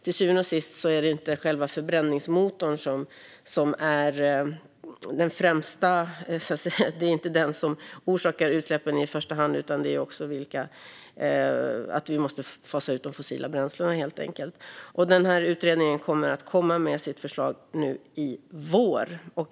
Till syvende och sist är det inte själva förbränningsmotorn som orsakar utsläppen, utan vi måste helt enkelt fasa ut de fossila bränslena. Utredningen kommer att komma med sitt förslag nu i vår.